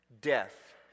Death